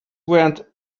went